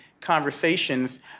conversations